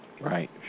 Right